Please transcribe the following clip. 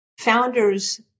founders